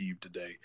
today